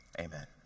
Amen